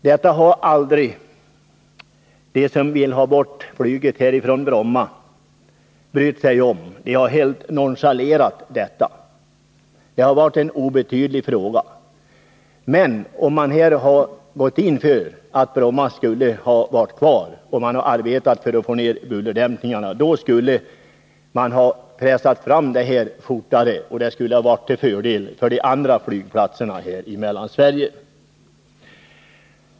Det har aldrig de som vill ha bort flyget från Bromma brytt sig om — de har helt nonchalerat detta. Det har för dem varit en obetydlig fråga. Om man hade gått in för att Bromma skall vara kvar och arbetat för att få bort bullret, skulle man ha fått reslutat fortare, och det skulle ha varit till fördel för de andra flygplatserna i Mellansverige.